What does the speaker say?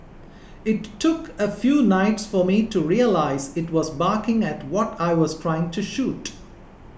it took a few nights for me to realise it was barking at what I was trying to shoot